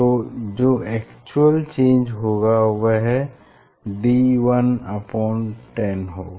तो जो actual change होगा वह d110 होगा